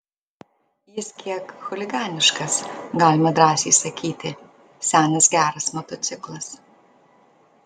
jis kiek chuliganiškas galima drąsiai sakyti senas geras motociklas